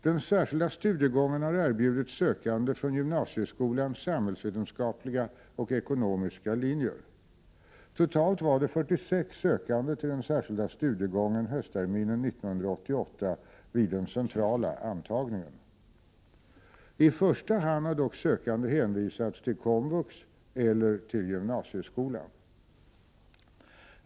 Den särskilda studiegången har erbjudits sökande från gymnasieskolans samhällsvetenskapliga och ekonomiska linjer. Totalt var det 46 sökande till den särskilda studiegången höstterminen 1988, vid den centrala antagningen. I första hand har dock sökande hänvisats till komvux eller till gymnasieskolan.